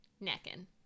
Necking